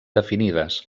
definides